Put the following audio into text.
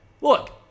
look